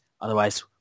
Otherwise